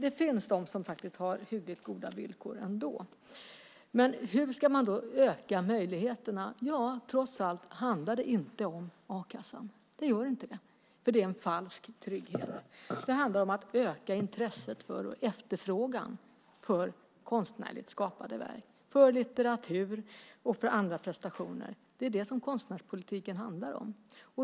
Det finns de som faktiskt har hyggligt goda villkor. Men hur ska man då öka möjligheterna? Det handlar trots allt inte om a-kassan. Det gör inte det. Det är en falsk trygghet. Det handlar om att öka intresset för och efterfrågan på konstnärligt skapade verk, för litteratur och för andra prestationer. Det är det som konstnärspolitiken handlar om.